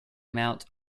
amount